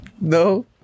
No